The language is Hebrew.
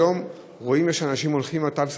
היום רואים שאנשים הולכים עם אותן שקיות.